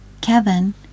Kevin